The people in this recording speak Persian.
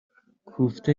کوفته